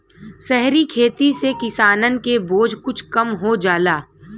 सहरी खेती से किसानन के बोझ कुछ कम हो जाला